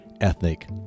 ethnic